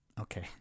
Okay